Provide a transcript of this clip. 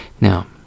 Now